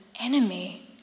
enemy